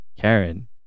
Karen